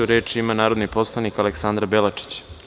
Reč ima narodni poslanik, Aleksandra Belačić.